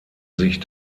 sich